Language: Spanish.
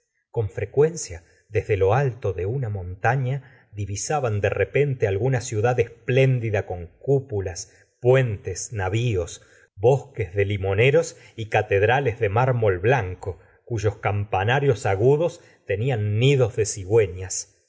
con frecuencia des de lo alto de una montana divisaban de repente alguna ciudad espléndida con cúpulas puentes navíos bosques de limoneros y catedrales de mármol blanco cuyos campanarios agudos tenían nidos de cigüeñas